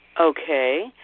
Okay